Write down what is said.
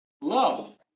Love